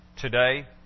Today